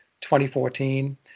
2014